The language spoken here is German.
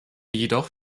jedoch